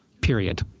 period